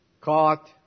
caught